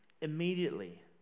immediately